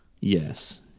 Yes